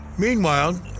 Meanwhile